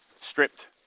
stripped